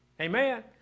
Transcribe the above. Amen